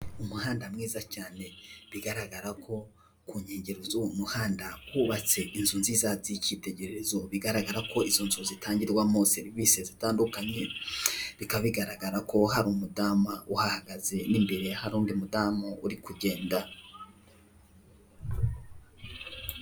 Umuhanda mwiza cyane bigaragara ko ku nkengero z'uwo muhanda hubatse inzu nziza z'icyitegererezo, bigaragara ko izo nzu zitangirwamo serivisi zitandukanye, bikaba bigaragara ko hari umudamu uhahagaze, n'imbere hari undi mudamu uri kugenda.